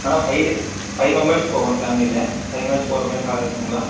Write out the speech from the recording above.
madam five day five members போகணும் ஃபேமிலியில் five members போகிற மாதிரி கார் இருக்குதுங்களா